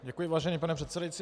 Děkuji, vážený pane předsedající.